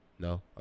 No